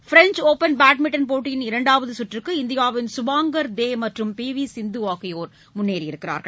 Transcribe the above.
French open badminton போட்டியின் இரண்டாவது கற்றுக்கு இந்தியாவின் சுபாங்கள் தே மற்றும் பி வி சிந்து ஆகியோர் முன்னேறியுள்ளனர்